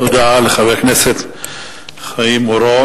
תודה לחבר הכנסת חיים אורון.